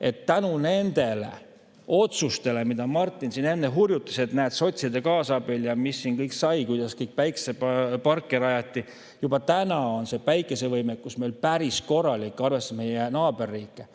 et tänu nendele otsustele, mida Martin siin enne hurjutas, et näed, sotside kaasabil ja mis siin kõik oli, kuidas päikeseparke rajati, juba täna on päikese[energia]võimekus meil päris korralik, võrreldes meie naaberriikidega.